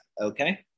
Okay